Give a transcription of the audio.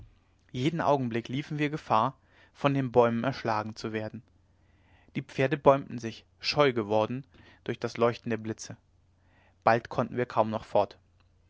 jeden augenblick liefen wir gefahr von den bäumen erschlagen zu werden die pferde bäumten sich scheu geworden durch das leuchten der blitze bald konnten wir kaum noch fort